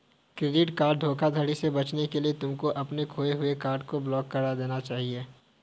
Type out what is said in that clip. credit card धोखाधड़ी से बचने के लिए तुमको अपने खोए हुए कार्ड को ब्लॉक करा देना चाहिए